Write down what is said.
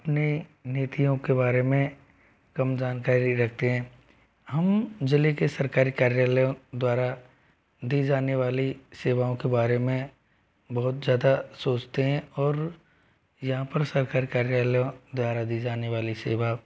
अपनी नीतियों के बारे में कम जानकारी रखते हैं हम ज़िले के सरकारी कार्यालयों द्वारा दी जाने वाली सेवाओं के बारे में बहुत ज़्यादा सोचते हैं और यहाँ पर सरकारी कार्यालयों द्वारा दी जाने वाली सेवा